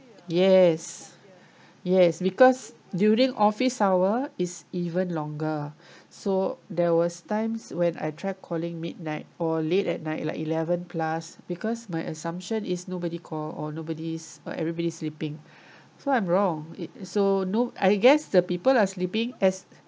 yes yes because during office hour it's even longer so there was times when I tried calling midnight or late at night like eleven plus because my assumption is nobody call or nobody's or everybody sleeping so I'm wrong it so no I guess the people are sleeping as